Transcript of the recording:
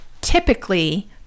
typically